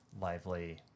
lively